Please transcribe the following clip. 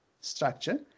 structure